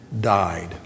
died